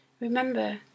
remember